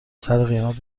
سرقیمت